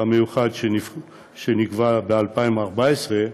המיוחד שנקבע ב-2014,